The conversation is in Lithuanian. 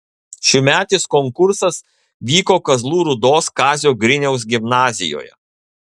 šiųmetis konkursas vyko kazlų rūdos kazio griniaus gimnazijoje